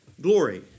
glory